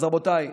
אז רבותיי,